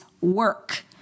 work